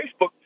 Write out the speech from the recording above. Facebook